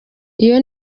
iyo